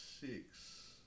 six